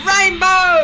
Rainbow